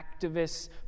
activists